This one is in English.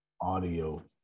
audio